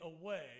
away